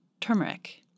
Turmeric